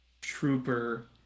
trooper